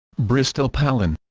bristol palin